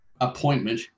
appointment